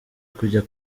kujya